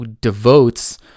devotes